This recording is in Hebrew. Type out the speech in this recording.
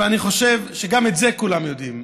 אבל אני חושב שגם את זה כולם יודעים.